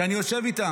שאני יושב איתם,